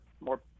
more –